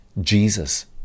Jesus